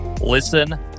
listen